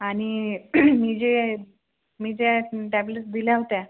आणि मी जे मी ज्या टॅब्लेटस् दिल्या होत्या